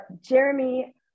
Jeremy